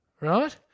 right